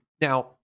Now